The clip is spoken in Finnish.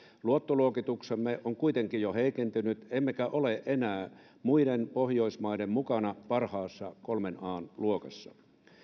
luottoluokituksemme on kuitenkin jo heikentynyt emmekä ole enää muiden pohjoismaiden mukana parhaassa kolmen an luokassa